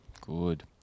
Good